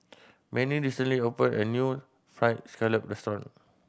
Manie recently opened a new Fried Scallop restaurant